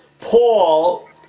Paul